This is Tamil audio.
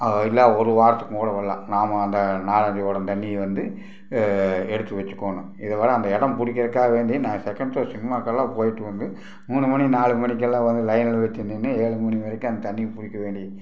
இல்லை ஒரு வாரத்துக்கும் கூட விடலாம் நாம் அந்த நாலஞ்சு குடம் தண்ணியை வந்து ஏ எடுத்து வெச்சிக்கணும் இதை விட அந்த இடம் பிடிக்கறக்காக வேண்டி நான் செகண்ட் ஷோ சினிமாவுக்கெல்லாம் போயிட்டு வந்து மூணு மணி நாலு மணிக்கெல்லாம் வந்து லைனில் வச்சி நின்று ஏழு மணி வரைக்கும் அந்த தண்ணியை பிடிக்க வேண்டி